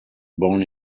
born